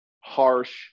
harsh